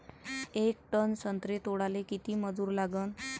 येक टन संत्रे तोडाले किती मजूर लागन?